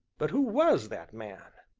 but who was that man?